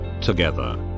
together